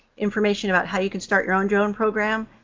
information about how you can start your own drone program.